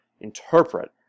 interpret